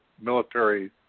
military